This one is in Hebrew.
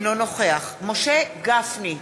אינו נוכח משה גפני,